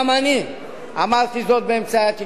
גם אני אמרתי זאת באמצעי התקשורת.